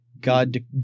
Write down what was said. God